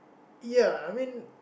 ya I mean